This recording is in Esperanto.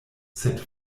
sed